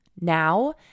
now